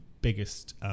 biggest